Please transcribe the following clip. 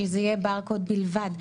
שזה יהיה ברקוד בלבד,